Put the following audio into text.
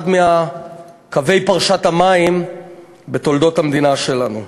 אחד מקווי פרשת המים בתולדות המדינה שלנו.